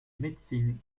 médecine